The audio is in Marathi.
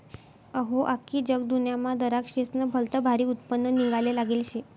अहो, आख्खी जगदुन्यामा दराक्शेस्नं भलतं भारी उत्पन्न निंघाले लागेल शे